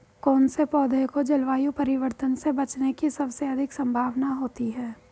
कौन से पौधे को जलवायु परिवर्तन से बचने की सबसे अधिक संभावना होती है?